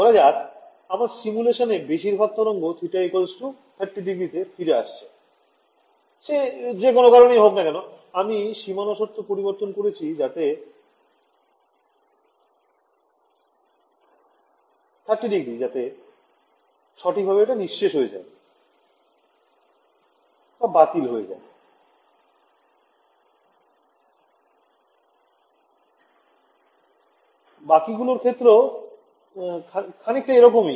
ধরা যাক আমার সিমুলেশান এ বেশির ভাগ তরঙ্গ θ 300 এ ফিরে আসছে সে যে কোন কারনেই হোক না কেন আমি সীমানা শর্ত পরিবরতন করেছি যাতে 30০ যাতে সঠিক ভাবে এটা নিঃশেষ হয় বাকি গুলতেও খানিকটা এরকমই